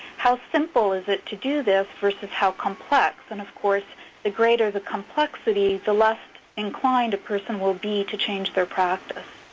how simple is it to do this versus how complex? and of course the greater the complexity, the less inclined a person will be to change their practice.